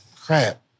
Crap